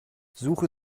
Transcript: suche